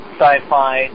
sci-fi